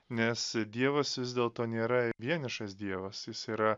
nes dievas vis dėlto nėra vienišas dievas jis yra